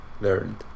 Learned